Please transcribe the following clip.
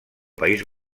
país